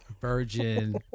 virgin